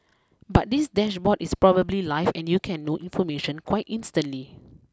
but this dashboard is probably live and you can know information quite instantly